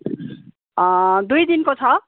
दुई दिनको छ